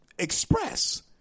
Express